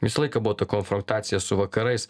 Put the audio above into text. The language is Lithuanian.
visą laiką buvo ta konfrontacija su vakarais